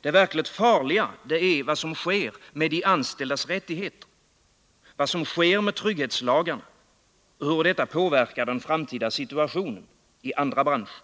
Det verkligt farliga är vad som sker med de Måndagen den anställdas rättigheter, vad som sker med trygghetslagarna och hur detta 12 november 1979 påverkar den framtida situationen i andra branscher.